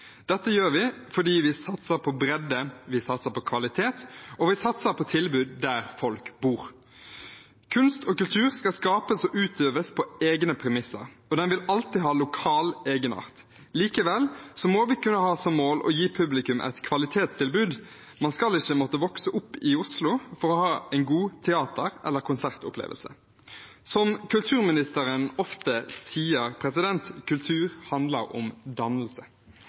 Dette gjør vi fordi vi satser på bredde, vi satser på kvalitet, og vi satser på tilbud der folk bor. Kunst og kultur skal skapes og utøves på egne premisser, og den vil alltid ha lokal egenart. Likevel må vi kunne ha som mål å gi publikum et kvalitetstilbud. Man skal ikke måtte vokse opp i Oslo for å ha en god teater- eller konsertopplevelse. Som kulturministeren ofte sier, handler kultur om dannelse.